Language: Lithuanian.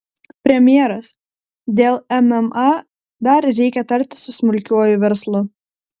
premjeras dėl mma dar reikia tartis su smulkiuoju verslu